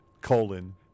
colon